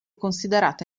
considerata